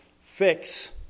fix